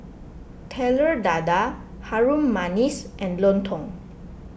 Telur Dadah Harum Manis and Lontong